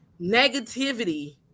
negativity